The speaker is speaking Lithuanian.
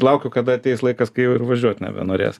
laukiu kada ateis laikas kai jau ir važiuot nebenorės